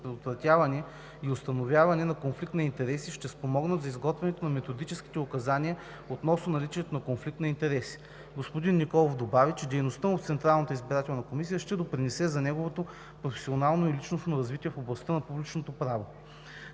предотвратяване и установяване на конфликт на интереси, ще спомогнат за изготвянето на методическите указания относно наличието на конфликт на интереси. Господин Николов добави, че дейността му в Централната избирателна комисия ще допринесе за неговото професионално и личностно развитие в областта на публичното право.